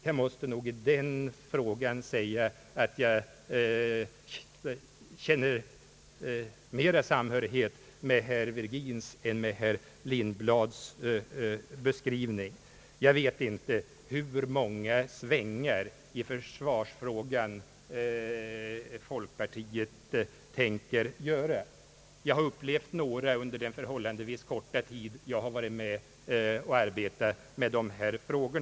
Jag måste nog säga att jag i den frågan känner mera samhörighet med herr Virgins än med herr Lindblads beskrivning. Jag vet inte hur många svängar i för svarsfrågan folkpartiet tänker göra. Jag har upplevt några under den förhållandevis korta tid jag har varit med och arbetat med dessa frågor.